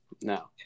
No